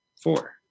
four